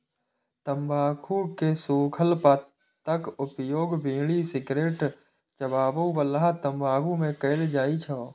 तंबाकू के सूखल पत्ताक उपयोग बीड़ी, सिगरेट, चिबाबै बला तंबाकू मे कैल जाइ छै